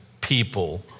people